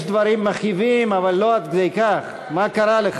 יש דברים מכאיבים, אבל לא עד כדי כך, מה קרה לך?